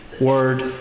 word